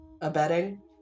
abetting